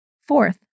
Fourth